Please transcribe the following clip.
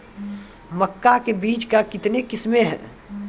मक्का के बीज का कितने किसमें हैं?